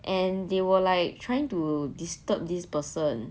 and they were like trying to disturb this person